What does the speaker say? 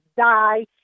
die